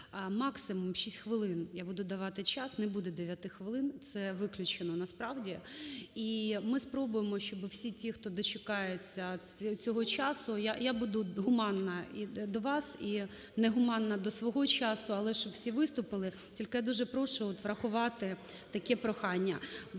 Максимум 6 хвилин я буду давати час. Не буде 9 хвилин, це виключено насправді. І ми спробуємо, щоб всі ті, хто дочекається цього часу, я буду гуманна і до вас і негуманна до свого часу, але щоб всі виступили. Тільки я дуже прошу врахувати таке прохання.